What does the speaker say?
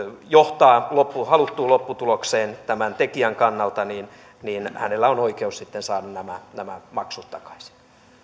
johtaa haluttuun lopputulokseen tämän tekijän kannalta niin niin hänellä on oikeus sitten saada nämä maksut takaisin